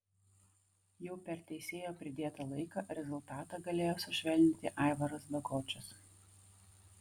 jau per teisėjo pridėtą laiką rezultatą galėjo sušvelninti aivaras bagočius